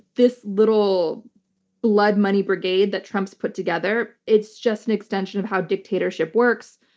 this little blood money brigade that trump's put together, it's just an extension of how dictatorship works.